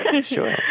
Sure